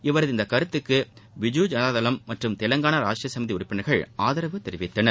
இவரது இந்த கருத்துக்கு பிஜூ ஜனதா தளம் மற்றும் தெலுங்கான ராஸ்ட்ரீய சமீதி உறுப்பினர்கள் ஆதரவு தெரிவித்தனர்